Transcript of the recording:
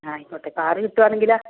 ആ ആയിക്കോട്ടെ കാറ് കിട്ടുകയാണെങ്കിലോ